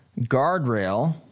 guardrail